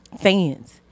fans